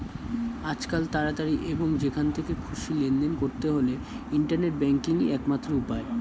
আজকাল তাড়াতাড়ি এবং যেখান থেকে খুশি লেনদেন করতে হলে ইন্টারনেট ব্যাংকিংই একমাত্র উপায়